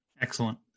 Excellent